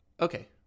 Okay